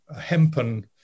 hempen